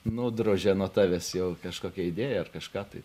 nudrožia nuo tavęs jau kažkokią idėją ar kažką tai